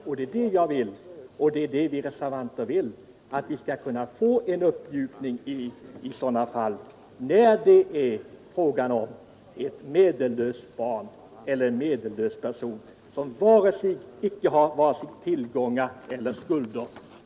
Och det är det vi reservanter vill att vi skall kunna få en uppmjukning i sådana fall när det är fråga om ett medellöst barn eller en person som inte har vare sig tillgångar eller skulder.